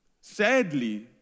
sadly